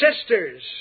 sisters